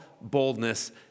boldness